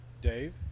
Dave